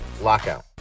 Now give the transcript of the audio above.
lockout